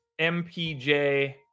MPJ